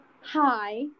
Hi